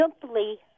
simply